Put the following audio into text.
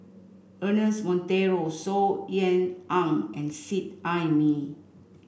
Ernest Monteiro Saw Ean Ang and Seet Ai Mee